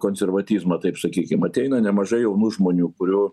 konservatizmą taip sakykim ateina nemažai jaunų žmonių kurių